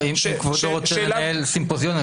אם כבודו רוצה לנהל סימפוזיון,